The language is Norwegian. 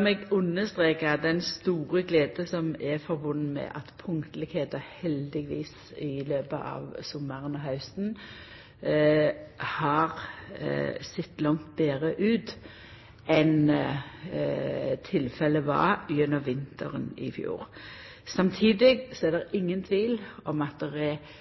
meg understreka den store gleda over at punktlegheita heldigvis i løpet av sommaren og hausten har sett langt betre ut enn tilfellet var gjennom vinteren i fjor. Samtidig er det ingen tvil om at det er